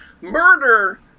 murder